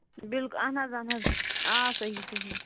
بِلکُل اَہَن حظ اَہَن حظ آ صحیح صحیح